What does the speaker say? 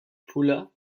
paula